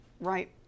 right